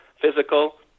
physical